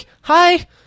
hi